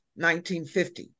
1950